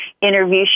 interview